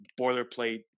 boilerplate